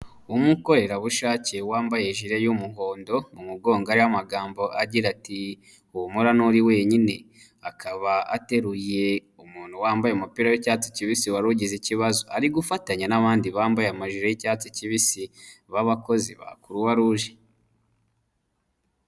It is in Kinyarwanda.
Umukorerabushake wambaye ijire y'umuhondo mu mugonga hariho amagambo agira ati humura nuri wenyine akaba ateruye umuntu wambaye umupira w'icyatsi kibisi wari ugize ikibazo ari gufatanya n'abandi bambaye amajire y'icyatsi kibisi babakozi ba Croix Rouge.